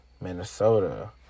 Minnesota